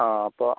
ആ അപ്പം